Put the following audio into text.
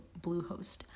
bluehost